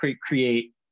create